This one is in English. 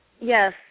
yes